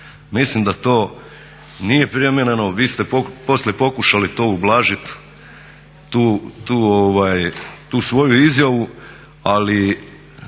Mislim da to nije primjereno. Vi ste poslije pokušali to ublažiti tu svoju izjavu ali